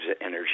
energy